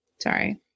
Sorry